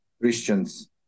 Christians